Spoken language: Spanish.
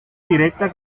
directa